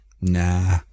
nah